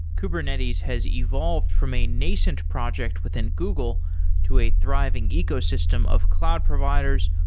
kubernetes has evolved from a nascent project within google to a thriving ecosystem of cloud providers,